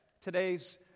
today's